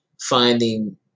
finding